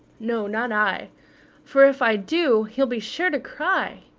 no, not i for if i do, he'll be sure to cry.